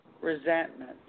resentment